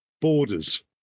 borders